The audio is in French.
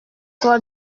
toi